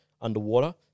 underwater